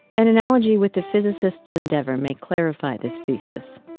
an analogy with the physicist's endeavor may clarify this thesis.